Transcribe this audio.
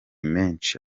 menshi